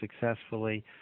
successfully